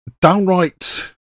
downright